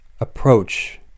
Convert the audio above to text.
approach